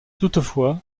toutefois